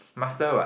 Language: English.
master what